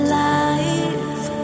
life